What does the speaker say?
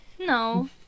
No